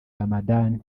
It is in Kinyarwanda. ramadhan